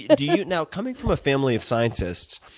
you know you know coming from a family of scientists,